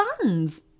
buns